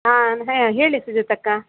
ಹಾಂ ಹೇಳಿ ಹೇಳಿ ಸುಜಾತಕ್ಕ